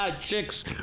Chicks